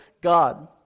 God